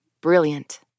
Brilliant